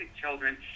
children